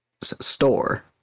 store